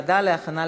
לוועדת הכנסת